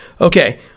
Okay